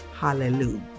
hallelujah